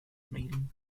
maiden